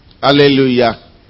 Hallelujah